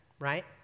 Right